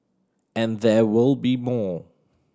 and there will be more